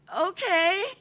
okay